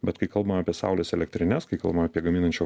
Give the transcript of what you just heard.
bet kai kalbama apie saulės elektrines kai kalbama apie gaminančio